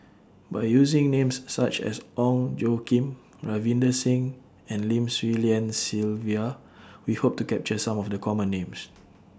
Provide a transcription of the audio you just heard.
By using Names such as Ong Tjoe Kim Ravinder Singh and Lim Swee Lian Sylvia We Hope to capture Some of The Common Names